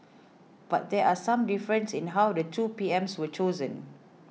but there are some differences in how the two P Ms were chosen